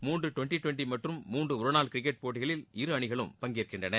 மூன்று twenty twenty மற்றும் மூன்று ஒரு நாள் கிரிக்கெட் போட்டிகளில் இரு அணிகளும் பங்கேற்கின்றன